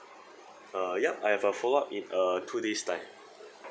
uh yup I have a follow up in uh two days time